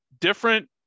different